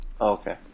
Okay